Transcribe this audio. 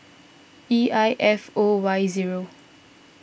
E I F O Y zero